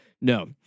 No